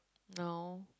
no